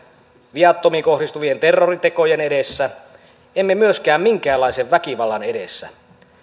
viattomiin kohdistuvien terroritekojen edessä emme myöskään minkäänlaisen väkivallan edessä